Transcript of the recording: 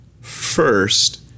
first